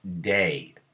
day